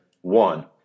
One